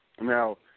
Now